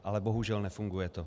Ale bohužel nefunguje to.